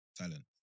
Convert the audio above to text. talent